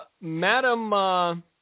Madam